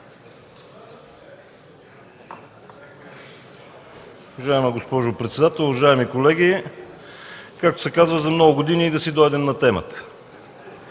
Добре